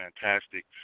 fantastic